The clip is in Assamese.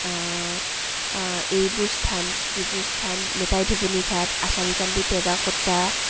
এইবোৰ স্থান যিবোৰ স্থান নিতাই ধুবুনিঘাট আচাৰীকান্ডী টেৰাকটা